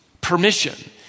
permission